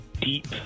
deep